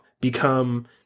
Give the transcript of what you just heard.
become